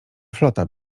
flota